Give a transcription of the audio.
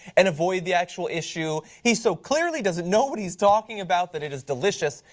and avoid the actual issue. he so clearly doesn't know what he's talking about that it is delicious.